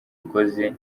ikoze